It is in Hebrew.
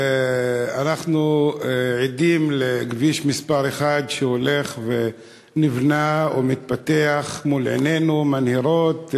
אנחנו עדים לכביש מס' 1 שהולך ונבנה ומתפתח מול עינינו: מנהרות,